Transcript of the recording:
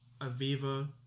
Aviva